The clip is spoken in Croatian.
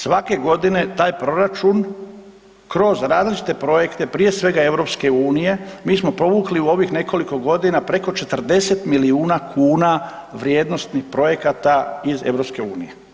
Svake godine taj proračun kroz različite projekte, prije svega EU, mi smo povukli u ovih nekoliko godina preko 40 milijuna kuna vrijednosnih projekata iz EU.